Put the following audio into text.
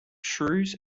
shrews